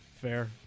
Fair